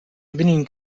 opinion